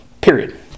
Period